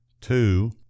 Two